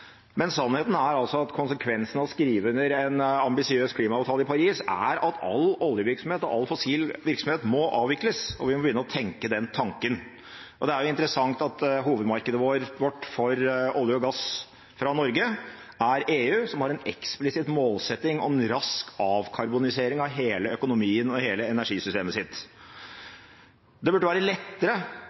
Men sannheten er altså at konsekvensen av å skrive under en ambisiøs klimaavtale i Paris er at all oljevirksomhet og all fossil virksomhet må avvikles, og vi må begynne å tenke den tanken. Og det er jo interessant at hovedmarkedet vårt for olje og gass fra Norge er EU, som har en eksplisitt målsetting om rask avkarbonisering av hele økonomien og hele energisystemet sitt. Det burde være lettere